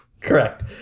correct